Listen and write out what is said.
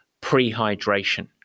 pre-hydration